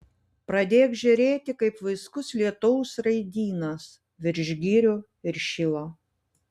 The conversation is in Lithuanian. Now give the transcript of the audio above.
pradėk žėrėti kaip vaiskus lietaus raidynas virš girių ir šilo